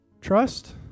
Trust